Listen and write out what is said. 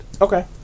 Okay